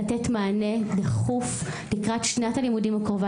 כדי לתת מענה דחוף לקראת שנת הלימודים הקרובה